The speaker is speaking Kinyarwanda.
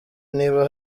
niba